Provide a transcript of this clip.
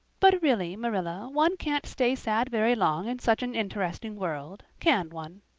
but really, marilla, one can't stay sad very long in such an interesting world, can one?